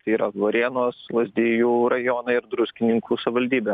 tai yra varėnos lazdijų rajonai ir druskininkų savivaldybė